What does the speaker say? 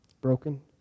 Broken